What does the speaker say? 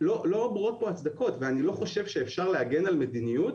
לא ברורות פה ההצדקות ואני לא חושב שאפשר להגן על מדיניות